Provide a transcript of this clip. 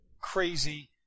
crazy